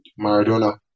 Maradona